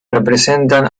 representan